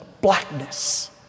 blackness